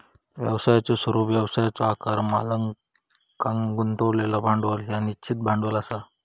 व्यवसायाचो स्वरूप, व्यवसायाचो आकार, मालकांन गुंतवलेला भांडवल ह्या निश्चित भांडवल असा